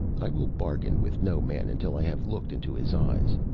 i will bargain with no man until i have looked into his eyes.